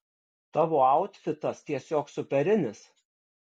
tavo autfitas tiesiog superinis